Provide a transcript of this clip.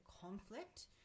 conflict